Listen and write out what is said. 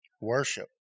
Worship